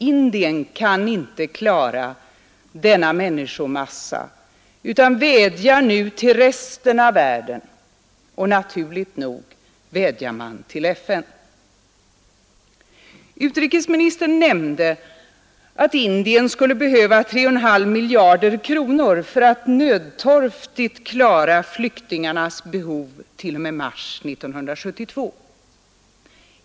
Indien kan inte klara denna människomassa utan vädjar nu till resten av världen, och naturligt nog vädjar man till FN. Utrikesministern nämnde, att Indien skulle behöva 3,5 miljarder kronor för att nödtorftigt klara flyktingarnas behov till och med mars 1972.